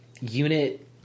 unit